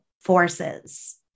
forces